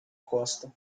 costa